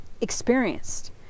experienced